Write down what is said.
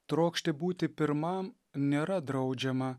trokšti būti pirmam nėra draudžiama